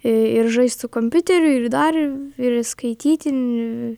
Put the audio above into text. ir žaist su kompiuteriu ir dar ir skaityti